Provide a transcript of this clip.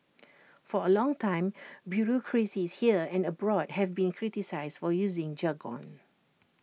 for A long time bureaucracies here and abroad have been criticised for using jargon